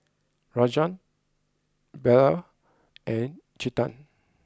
Rajan Bellur and Chetan